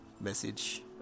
message